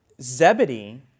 Zebedee